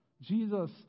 Jesus